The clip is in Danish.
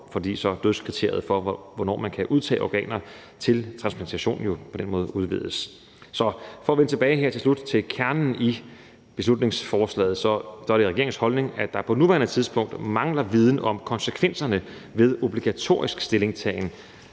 fordi dødskriteriet for, hvornår man kan udtage organer til transplantation, jo på den måde udvides. For at vende tilbage her til slut til kernen i beslutningsforslaget vil jeg sige, at det er regeringens holdning, at der på nuværende tidspunkt mangler viden om konsekvenserne ved obligatorisk stillingtagen,